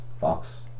fox